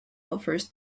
offers